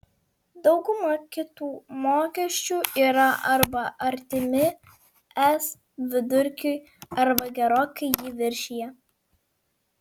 dauguma kitų mokesčių yra arba artimi es vidurkiui arba gerokai jį viršija